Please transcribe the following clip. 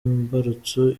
imbarutso